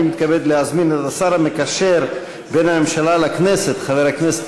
אני מתכבד להזמין את השר המקשר בין הממשלה לכנסת חבר הכנסת